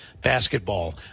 basketball